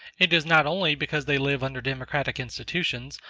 it is not only because they live under democratic institutions,